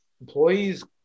employees